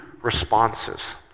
responses